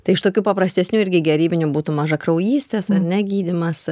tai iš tokių paprastesnių irgi gerybinių būtų mažakraujystės ar ne gydymas